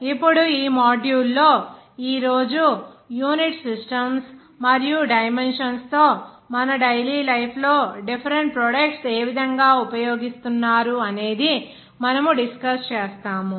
ఇప్పుడు ఈ మాడ్యూల్ లో ఈ రోజు యూనిట్ సిస్టమ్స్ మరియు డైమెన్షన్ తో మన డైలీ లైఫ్ లో డిఫెరెంట్ ప్రొడక్ట్స్ ఏ విధంగా ఉపయోగిస్తున్నారు అనేది మనము డిస్కస్ చేస్తాము